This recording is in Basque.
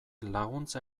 laguntza